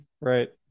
Right